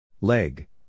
Leg